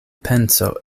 penso